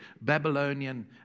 Babylonian